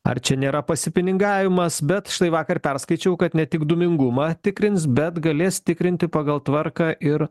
ar čia nėra pasipinigavimas bet štai vakar perskaičiau kad ne tik dūmingumą tikrins bet galės tikrinti pagal tvarką ir